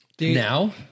Now